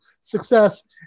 success